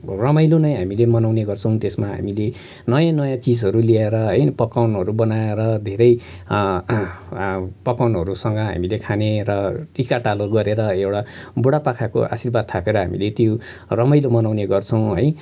रमाइलो नै हामीले मनाउने गर्छौँ त्यसमा हामीले नयाँ नयाँ चिजहरू ल्याएर है पक्वानहरू बनाएर धेरै पक्वानहरू हामीले खाने र टिका टालो गरेर एउटा बुढापाकाको आशीर्वाद थापेर हामीले त्यो रमाइले मनाउने गर्छौँ है